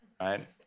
right